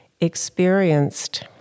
experienced